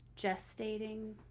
gestating